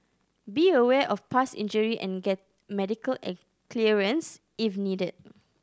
be aware of past injury and get medical clearance if needed